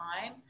time